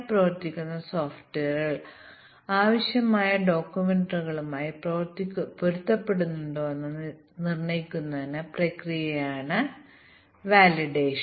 അവർ ചില ലളിതമായ input output മാത്രമേ ചെയ്യുന്നുള്ളൂ അതിനാൽ ഇൻപുട്ട് ഔട്ട്പുട്ട് പ്രവർത്തിക്കുന്നുണ്ടോ എന്ന് ഞങ്ങൾ പരിശോധിക്കേണ്ടതുണ്ട്